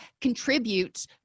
contributes